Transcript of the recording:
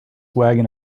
wagon